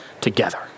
together